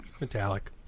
metallic